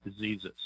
diseases